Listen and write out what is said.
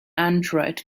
android